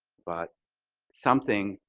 but something,